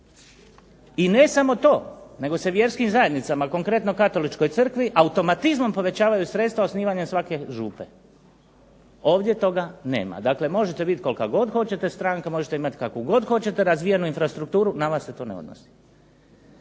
I ne samo to, nego se vjerskim zajednicama, konkretno katoličkoj crkvi automatizmom povećavaju sredstva osnivanja svake župe. Ovdje toga nema. Dakle možete biti kolika god hoćete stranka, možete imati kakvu god hoćete razvijenu infrastrukturu na vas se to ne odnosi.